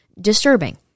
Disturbing